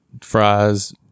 fries